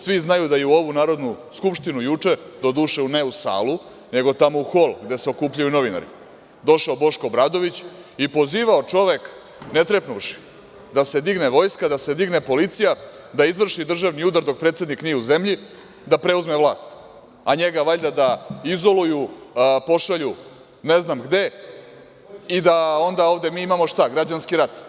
Svi znaju da je u ovu Narodnu skupštinu juče, doduše ne u salu, nego tamo u hol gde se okupljaju novinari, došao Boško Obradović i pozivao čovek ne trepnuvši da se digne vojska, da se digne policija, da se izvrši državni udar dok predsednik nije u zemlji, da preuzme vlast, a njega valjda da izoluju, pošalju ne znam gde i da onda ovde mi imamo građanski rat.